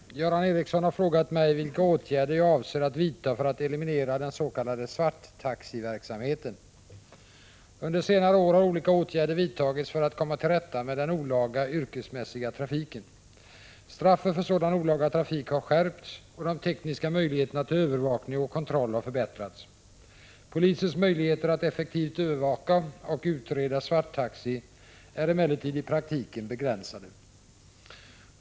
Herr talman! Göran Ericsson har frågat mig vilka åtgärder jag avser att vidta för att eliminera den s.k. svarttaxiverksamheten. Under senare år har olika åtgärder vidtagits för att komma till rätta med den olaga yrkesmässiga trafiken. Straffet för sådan olaga trafik har skärpts och de tekniska möjligheterna till övervakning och kontroll har förbättrats. Polisens möjligheter att effektivt övervaka och utreda svarttaxi är emellertid i praktiken begränsade.